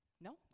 No